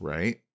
Right